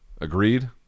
Agreed